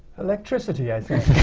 electricity i think.